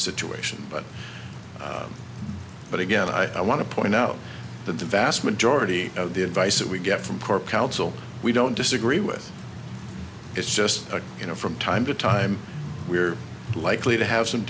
situation but but again i want to point out that the vast majority of the advice that we get from core counsel we don't disagree with it's just a you know from time to time we're likely to have some